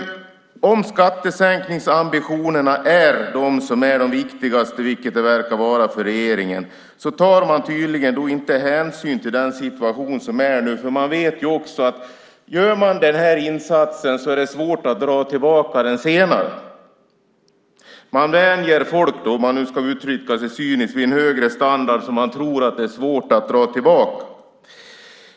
Skattesänkningsambitionerna verkar vara det viktigaste för regeringen. Men man tar tydligen inte hänsyn till den situation som är nu. Man vet att om man gör den här insatsen är det svårt att dra tillbaka den senare. Man vänjer folk vid en högre standard som man tror att det är svårt att ta tillbaka.